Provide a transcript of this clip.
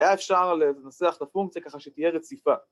‫היה אפשר לנסח את הפונקציה ‫ככה שתהיה רציפה.